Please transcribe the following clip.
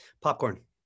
Popcorn